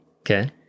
Okay